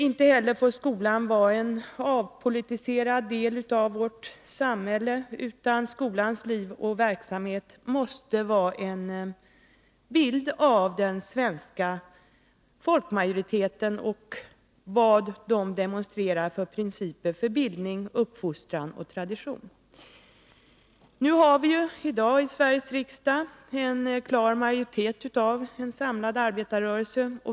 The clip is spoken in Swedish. Inte heller får skolan vara en avpolitiserad del av vårt samhälle, utan skolans liv och verksamhet måste vara en bild av den svenska folkmajoriteten och av vad den demonstrerar för principer för bildning och uppfostran samt när det gäller tradition. Vi har i dag i Sveriges riksdag en klar majoritet av en samlad arbetarrörelse.